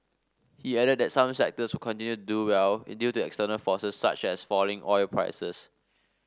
he added that some sectors will continue do well it due to external forces such as falling oil prices